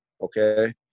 okay